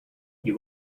you